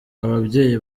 ababyeyi